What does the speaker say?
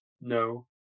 no